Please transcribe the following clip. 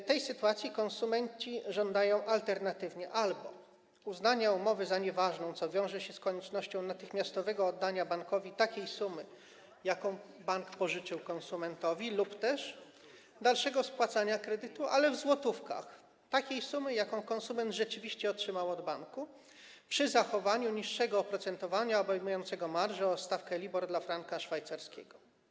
W tej sytuacji konsumenci żądają alternatywnie albo uznania umowy za nieważną, co wiąże się z koniecznością natychmiastowego oddania bankowi takiej sumy, jaką bank pożyczył konsumentowi, albo też dalszego spłacania kredytu, ale w złotówkach, takiej sumy, jaką konsument rzeczywiście otrzymał od banku, przy zachowaniu niższego oprocentowania obejmującego marżę oraz stawkę LIBOR dla franka szwajcarskiego.